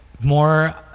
more